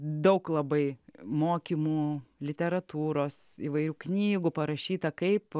daug labai mokymų literatūros įvairių knygų parašyta kaip